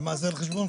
למה זה על חשבונך?